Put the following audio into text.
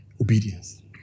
Obedience